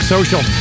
social